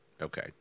Okay